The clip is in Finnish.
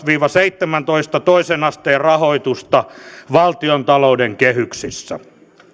viiva kaksituhattaseitsemäntoista toisen asteen rahoitusta valtiontalouden kehyksissä